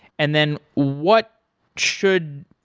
and then what should,